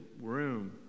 room